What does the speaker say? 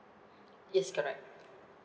yes correct